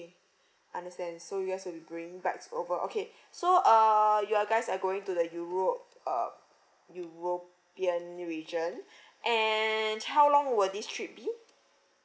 understand so you guys will be bringing bags over okay so uh you guys are going to the europe uh european region and how long will this trip be